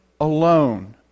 alone